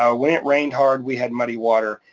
ah when it rained hard, we had muddy water.